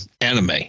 anime